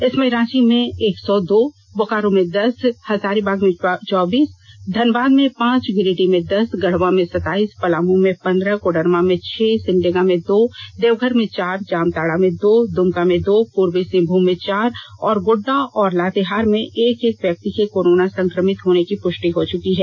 इसमें रांची में एक सौ दो बोकारो में दस हजारीबाग में चौबीस धनबाद में पांच गिरिडीह में दस गढ़वा में सताइस पलामू में पंद्रह कोडरमा में छह सिमडेगा में दो देवघर में चार जामताड़ा में दो दुमका में दो पूर्वी सिंहभूम में चार और गोड्डा और लातेहार में एक एक व्यक्ति के कोरोना संक्रमित होने की पुष्टि हो चुकी है